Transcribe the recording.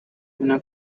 una